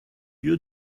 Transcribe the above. your